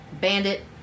bandit